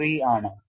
393 ആണ്